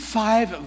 five